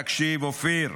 תקשיב, אופיר,